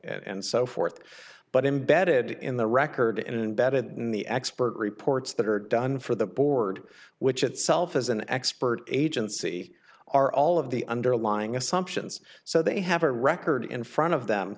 out and so forth but embedded in the record in bed in the expert reports that are done for the board which itself is an expert agency are all of the underlying assumptions so they have a record in front of them